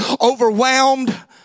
overwhelmed